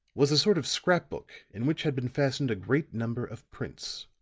was a sort of scrap book in which had been fastened a great number of prints.